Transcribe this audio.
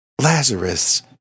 Lazarus